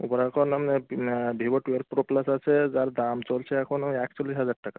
এবার এখন আপনে ভিভোর টুয়েলভ প্রো প্লাস আছে তার দাম চলছে এখন ওই একচল্লিশ হাজার টাকা